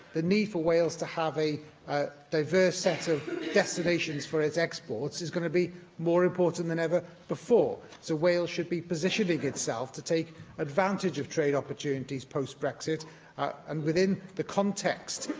the need for wales to have a diverse set of destinations for its exports is going to be more important than ever before. so, wales should be positioning itself to take advantage of trade opportunities post brexit and, within this context,